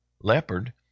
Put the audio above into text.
leopard